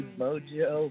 mojo